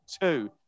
two